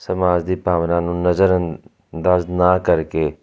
ਸਮਾਜ ਦੀ ਭਾਵਨਾ ਨੂੰ ਨਜ਼ਰਅੰਦਾਜ਼ ਨਾ ਕਰਕੇ